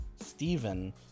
Stephen